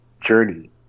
journey